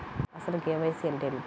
అసలు కే.వై.సి అంటే ఏమిటి?